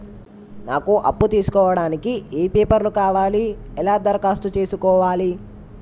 నాకు అప్పు తీసుకోవడానికి ఏ పేపర్లు కావాలి ఎలా దరఖాస్తు చేసుకోవాలి?